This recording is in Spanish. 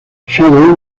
shadow